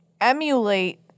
emulate